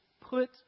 put